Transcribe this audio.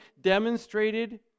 demonstrated